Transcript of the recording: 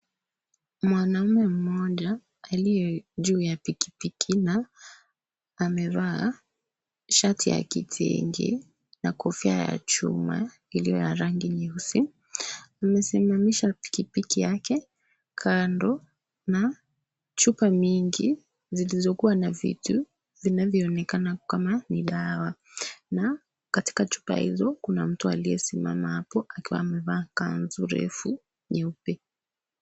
Mwanamume mmoja aliye juu ya pikipiki na amevaa shati ya kitenge na kofia ya chuma iliyo ya rangi nyeusi. Amesimamisha pikipiki yake kando na chupa mingi zilizokuwa na vitu vinavyoonekana kama ni dawa, na katika chupa hizo kuna mtu aliyesimama hapo akiwa amevaa kanzu mrefu nyeupe